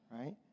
right